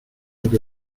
que